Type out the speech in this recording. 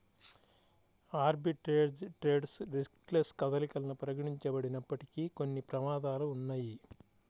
arbitrage trades riskless కదలికలను పరిగణించబడినప్పటికీ, కొన్ని ప్రమాదాలు ఉన్నయ్యి